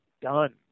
done